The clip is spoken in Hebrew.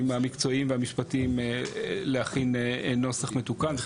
המקצועיים והמשפטיים להכין נוסח מתוקן.